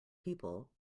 people